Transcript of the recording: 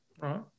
Right